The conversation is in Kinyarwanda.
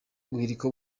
guhirika